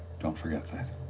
don't forget that.